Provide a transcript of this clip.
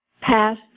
pass